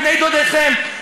בני דודיכם,